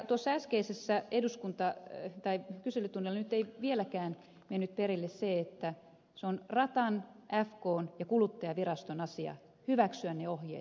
tuossa äsken kyselytunnilla nyt ei vieläkään mennyt perille se että se on ratan fkn ja kuluttajaviraston asia hyväksyä ne ohjeet